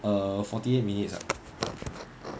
err forty eight minutes ah